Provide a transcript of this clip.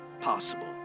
possible